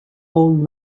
old